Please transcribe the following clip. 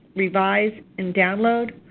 revise and download.